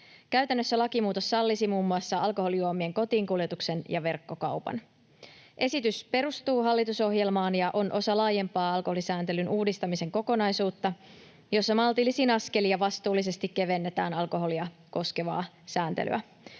Käytännössä lakimuutos sallisi muun muassa alkoholijuomien kotiinkuljetuksen ja verkkokaupan. Esitys perustuu hallitusohjelmaan ja on osa laajempaa alkoholisääntelyn uudistamisen kokonaisuutta, jossa maltillisin askelin ja vastuullisesti kevennetään alkoholia koskevaa sääntelyä.